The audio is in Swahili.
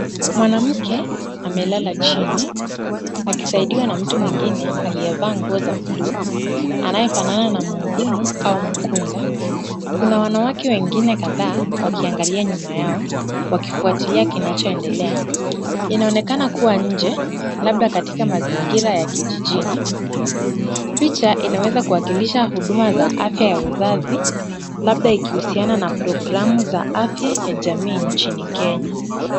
Mwanamke amelala chini akisaidiwa na mtu mwingine aliyevaa nguo za buluu anayefanana na muhudumu, au mkunga. Kuna wanawake wengine kadhaa wakiangalia nyuma yao wakifuatilia kinachoendelea. Inaonekana kuwa nje labda katika mazingira ya kijijini. Picha inaweza kuwakilisha huduma za afya ya uzazi, labda ikihusiana na programu za afya ya jamii nchini kenya.